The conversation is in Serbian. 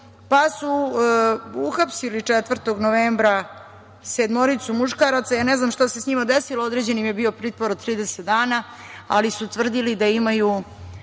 pa su uhapsili 4. novembra sedmoricu muškara. Ne znam šta se sa njima desilo. Određen im je bio pritvor od 30 dana, ali su tvrdili da imaju